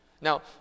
Now